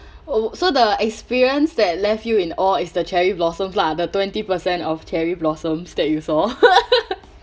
oh so the experience that left you in awe is the cherry blossom lah the twenty percent of cherry blossoms that you saw